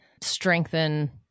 strengthen